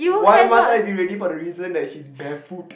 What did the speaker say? why must I be ready for the reason that she's barefoot